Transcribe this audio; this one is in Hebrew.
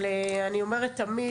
אבל אני אומרת תמיד,